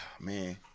man